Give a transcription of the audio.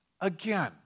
Again